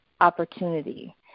opportunity